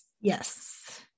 Yes